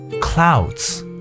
Clouds